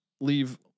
leave